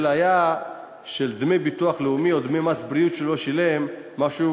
שהיה של דמי ביטוח לאומי או דמי מס בריאות שלא שילמו משהו,